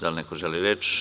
Da li neko želi reč?